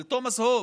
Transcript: של תומס הובס,